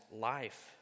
life